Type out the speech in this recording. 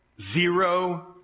zero